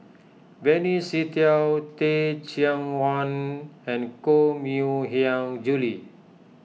Benny Se Teo Teh Cheang Wan and Koh Mui Hiang Julie